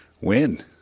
win